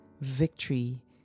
victory